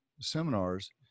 seminars